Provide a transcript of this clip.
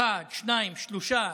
אחד, שניים, שלושה.